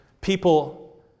people